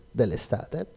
dell'estate